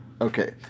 Okay